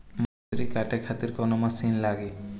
मसूरी काटे खातिर कोवन मसिन लागी?